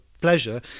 pleasure